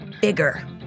bigger